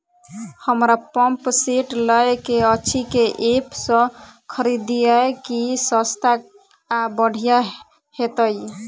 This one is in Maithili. हमरा पंप सेट लय केँ अछि केँ ऐप सँ खरिदियै की सस्ता आ बढ़िया हेतइ?